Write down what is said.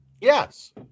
Yes